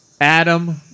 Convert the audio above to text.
Adam